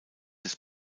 des